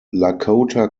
lakota